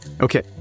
Okay